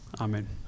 Amen